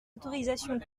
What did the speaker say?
autorisations